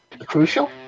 Crucial